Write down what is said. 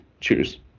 Cheers